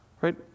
Right